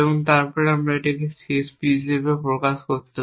তারপর আমরা এটিকে CSP হিসাবে প্রকাশ করতে পারি